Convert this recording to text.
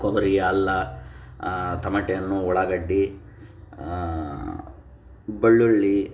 ಕೊಬ್ಬರಿ ಅಲ್ಲ ತಮಾಟಿ ಹಣ್ಣು ಉಳ್ಳಾಗಡ್ಡೆ ಬೆಳ್ಳುಳ್ಳಿ